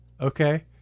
Okay